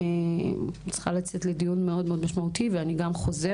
אני צריכה לצאת לדיון מאוד מאוד משמעותי ואחזור.